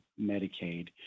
Medicaid